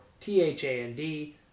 T-H-A-N-D